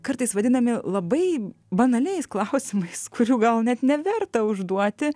kartais vadinami labai banaliais klausimais kurių gal net neverta užduoti